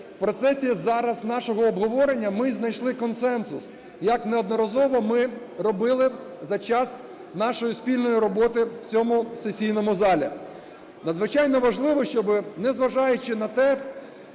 в процесі зараз нашого обговорення ми знайшли консенсус, як неодноразово ми робили за час нашої спільної роботи в цьому сесійному залі. Надзвичайно важливо, щоб, незважаючи на те,